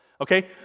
okay